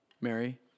Mary